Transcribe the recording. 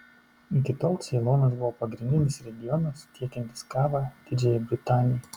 iki tol ceilonas buvo pagrindinis regionas tiekiantis kavą didžiajai britanijai